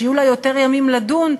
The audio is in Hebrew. שיהיו לה יותר ימים לדון,